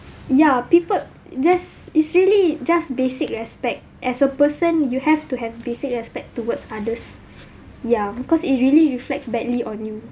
ya people that's it's really just basic respect as a person you have to have basic respect towards others ya cause it really reflects badly on you